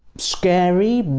scary,